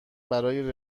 برای